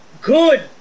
good